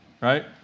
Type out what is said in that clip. Right